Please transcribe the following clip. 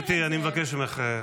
גברתי, אני מבקש ממך.